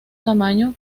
tamaño